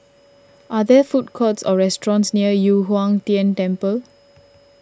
are there food courts or restaurants near Yu Huang Tian Temple